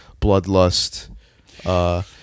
bloodlust